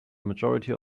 majority